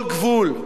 כל גבול,